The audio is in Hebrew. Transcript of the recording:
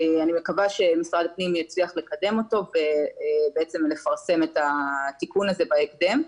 אני מקווה שמשרד הפנים יצליח לקדם אותו ולפרסם את התיקון הזה בהקדם.